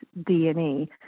DNA